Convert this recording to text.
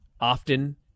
often